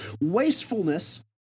Wastefulness